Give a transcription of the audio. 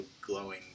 glowing